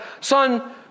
son